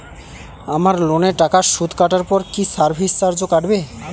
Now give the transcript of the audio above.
আমার লোনের টাকার সুদ কাটারপর কি সার্ভিস চার্জও কাটবে?